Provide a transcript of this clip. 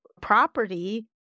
property